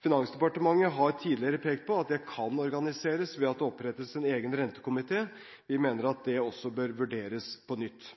Finansdepartementet har tidligere pekt på at det kan organiseres ved at det opprettes en egen rentekomité. Vi mener at det bør vurderes på nytt.